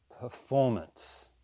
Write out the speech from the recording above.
performance